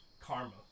Karma